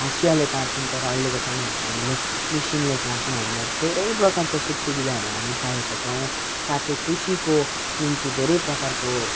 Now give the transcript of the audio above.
हँसियाले काट्थ्यौँ तर अहिलेको समयहरूमा हामीले मसिनले काट्छौँ हामीलाई धेरै प्रकारको सुखसुविधाहरू हामी पाएका छौँ साथै कृषिको निम्ति धेरै प्रकारको